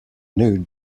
knew